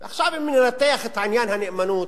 עכשיו, אם ננתח את עניין הנאמנות,